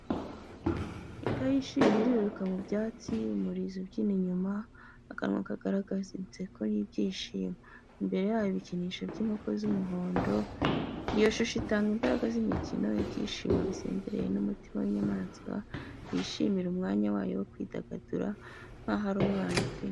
Imbwa yishimye iriruka mu byatsi, umurizo ubyina inyuma, akanwa kagaragaza inseko y’ibyishimo. Imbere yayo, ibikinisho by'inkoko z'umuhondo. Iyo shusho itanga imbaraga z'imikino, ibyishimo bisendereye n'umutima w’inyamaswa yishimira umwanya wayo wo kwidagadura nkaho ari umwana ukina.